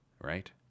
right